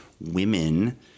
women